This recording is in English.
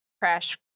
Crash